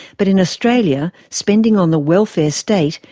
but in australia, spending on the welfare state,